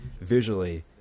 visually